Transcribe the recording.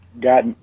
got